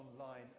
online